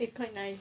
eh quite nice